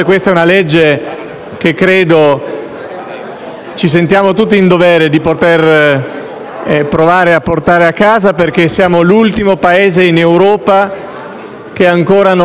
ci sentiamo tutti in dovere di provare a portare a casa perché siamo l'ultimo Paese in Europa che ancora non ha normato sul tema